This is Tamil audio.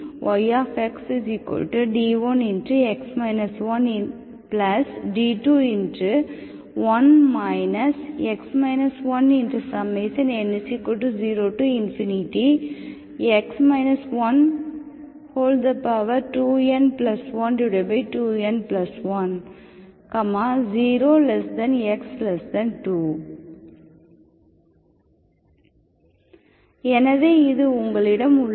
yxd1x 1d21 x 1n02n12n1 0x2 எனவே இது உங்களிடம் உள்ளது